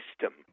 system